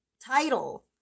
title